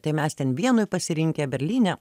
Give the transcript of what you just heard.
tai mes ten vienoj pasirinkę berlyne